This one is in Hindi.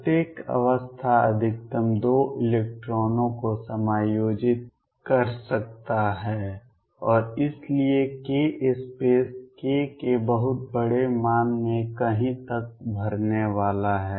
प्रत्येक अवस्था अधिकतम 2 इलेक्ट्रॉनों को समायोजित कर सकता है और इसलिए k स्पेस k के बहुत बड़े मान में कहीं तक भरने वाला है